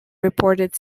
reported